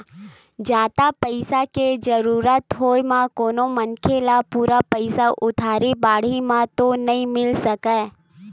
जादा पइसा के जरुरत होय म कोनो मनखे ल पूरा पइसा उधारी बाड़ही म तो नइ मिल सकय